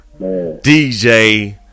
dj